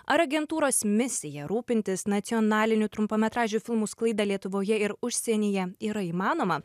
ar agentūros misija rūpintis nacionaliniu trumpametražiu filmu sklaida lietuvoje ir užsienyje yra įmanoma